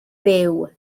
byw